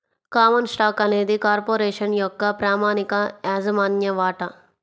common stock అనేది corporation యొక్క ప్రామాణిక యాజమాన్య వాటా